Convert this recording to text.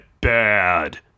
bad